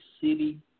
city